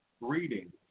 reading